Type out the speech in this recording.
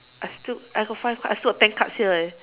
I still I got five card I still got ten cards here eh